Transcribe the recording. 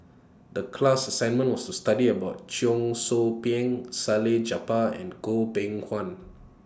The class assignment was to study about Cheong Soo Pieng Salleh Japar and Goh Beng Kwan